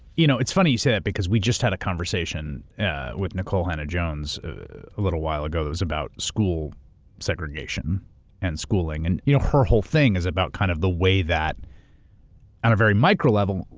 you know, it's funny you say that because we just had a conversation with nicole hannah-jones a little while ago that was about school segregation and schooling and you know, her whole thing is about kind of the way that, on a very micro level,